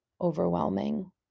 overwhelming